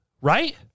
right